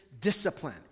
discipline